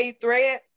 thread